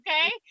okay